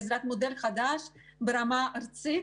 בעזרת מודל חדש ברמה ארצית,